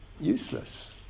useless